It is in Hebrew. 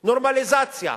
נורמליזציה,